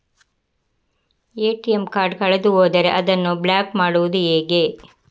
ATM card ಕಳೆದು ಹೋದರೆ ಅದನ್ನು ಬ್ಲಾಕ್ ಮಾಡುವುದು ಹೇಗೆ?